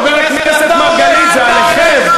חבר הכנסת מרגלית, זה עליכם.